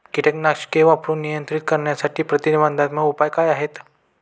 कीटकनाशके वापरून नियंत्रित करण्यासाठी प्रतिबंधात्मक उपाय काय आहेत?